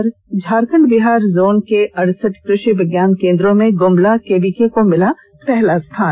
और झारखण्ड बिहार जोन के अड़सठ कृषि विज्ञान केंद्रों में गुमला केवीके को मिला पहला स्थान